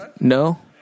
No